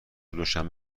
دوشنبه